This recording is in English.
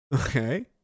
okay